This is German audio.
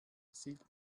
sieht